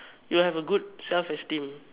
you will have a good self esteem